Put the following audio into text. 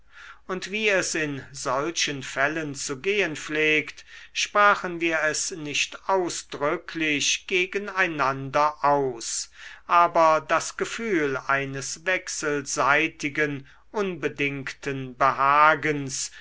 und wie es in solchen fällen zu gehen pflegt sprachen wir es nicht ausdrücklich gegen einander aus aber das gefühl eines wechselseitigen unbedingten behagens